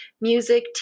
music